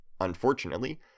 Unfortunately